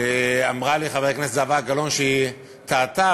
אמרה לי חברת הכנסת זהבה גלאון שהיא טעתה,